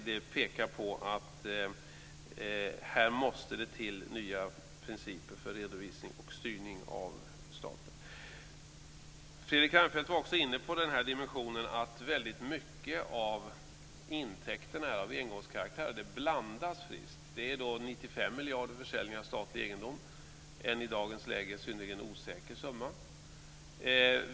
Detta pekar mot att här måste det till nya principer för redovisning och styrning av staten. Fredrik Reinfeldt var inne på dimensionen att väldigt mycket av intäkterna är av engångskaraktär; det blandas friskt. Det handlar om 95 miljarder i försäljning av statlig egendom - en i dagens läge synnerligen osäker summa.